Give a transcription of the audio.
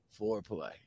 foreplay